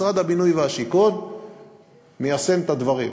משרד הבינוי והשיכון מיישם את הדברים,